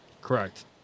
Correct